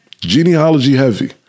Genealogy-heavy